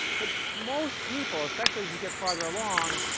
but most people, especially as you get farther along,